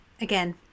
again